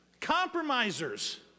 compromisers